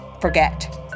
forget